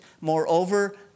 Moreover